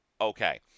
Okay